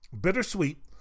bittersweet